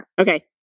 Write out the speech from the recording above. Okay